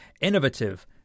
innovative